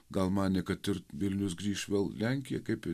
gal manė kad ir vilnius grįš vėl lenkija kaip